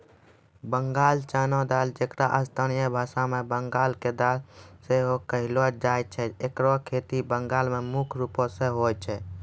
बंगाल चना दाल जेकरा स्थानीय भाषा मे बंगाल के दाल सेहो कहलो जाय छै एकरो खेती बंगाल मे मुख्य रूपो से होय छै